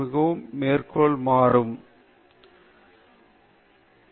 மற்ற துறைகளில் இருந்து சில சிறந்த கருத்துக்கள் கிடைக்கும் எங்கள் துறையில் சரி பொருந்தும்